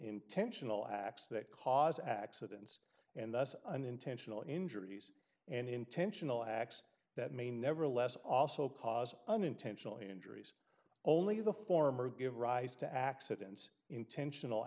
intentional acts that cause accidents and thus unintentional injuries and intentional acts that may nevertheless also cause unintentional injuries only the former give rise to accidents intentional